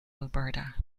alberta